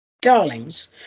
darlings